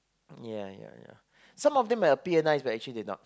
ya ya ya some may appear nice but actually they are not